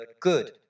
good